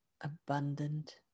abundant